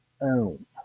own